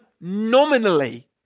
nominally